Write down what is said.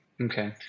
Okay